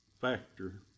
factor